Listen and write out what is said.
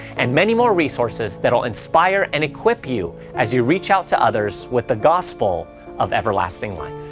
and many more resources that will inspire and equip you as you reach out to others with the gospel of everlasting life.